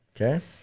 Okay